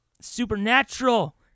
supernatural